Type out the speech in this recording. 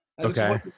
okay